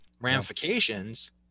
ramifications